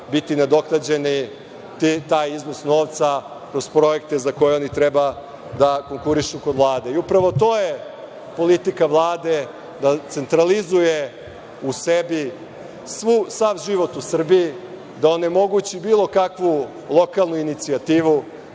biti nadoknađen taj iznos novca kroz projekte za koje oni treba da konkurišu kod Vlade. I upravo to je politika Vlade – da centralizuje u sebi sav život u Srbiji, da onemogući bilo kakvu lokalnu inicijativu,